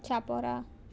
Chapora